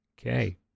Okay